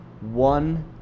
one